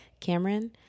Cameron